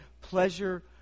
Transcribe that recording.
pleasure